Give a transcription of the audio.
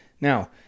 Now